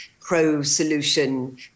pro-solution